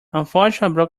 unfortunately